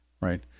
right